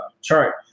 chart